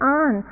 on